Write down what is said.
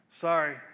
sorry